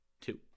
two